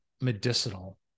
medicinal